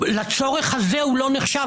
לצורך הזה הוא לא נחשב.